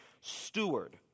steward